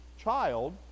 child